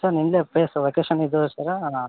sir ನಿಮ್ಮದೇ place location ಇದು ಸರ